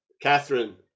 Catherine